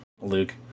Luke